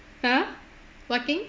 !huh! what thing